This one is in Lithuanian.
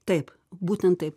taip būtent taip